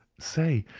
say,